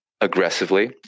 aggressively